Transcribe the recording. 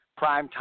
primetime